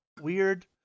weird